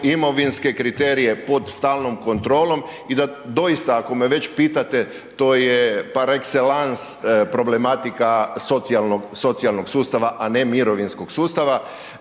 imovinske kriterije pod stalnom kontrolom i da doista ako me već pitate, to je par excellence problematika socijalnog sustava a ne mirovinskog sustava.